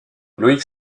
loïc